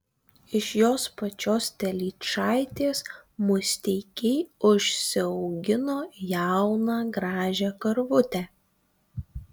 iš jos pačios telyčaitės musteikiai užsiaugino jauną gražią karvutę